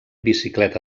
bicicleta